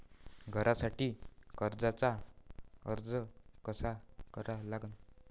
घरासाठी कर्जाचा अर्ज कसा करा लागन?